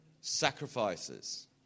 sacrifices